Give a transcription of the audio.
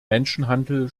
menschenhandel